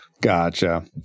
Gotcha